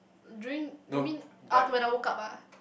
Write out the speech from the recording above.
dream you mean ah when I woke up ah